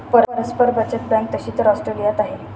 परस्पर बचत बँक तशी तर ऑस्ट्रेलियात आहे